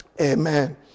Amen